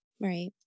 Right